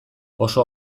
oso